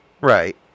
Right